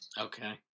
Okay